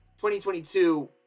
2022